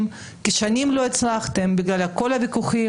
כי שנים לא הצלחתם בגלל כל הוויכוחים